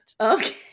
Okay